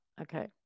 Okay